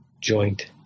joint